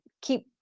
keep